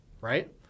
right